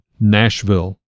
Nashville